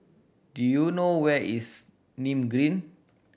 do you know where is Nim Green